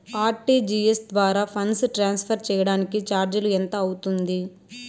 RTGS ద్వారా funds transfer సేయడానికి చార్జీలు ఎంత అవుతుంది